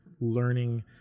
learning